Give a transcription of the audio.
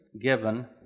given